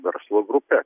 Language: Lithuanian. verslo grupe